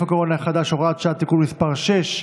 הקורונה החדש) (הוראת שעה) (תיקון מס' 6),